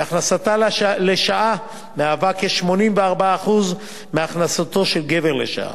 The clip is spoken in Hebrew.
והכנסתה לשעה מהווה כ-84% מהכנסתו של גבר לשעה.